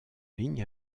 ligne